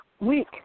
week